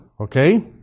Okay